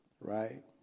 right